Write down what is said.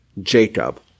Jacob